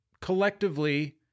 collectively